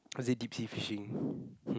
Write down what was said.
or is it deep sea fishing